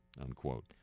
unquote